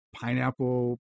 pineapple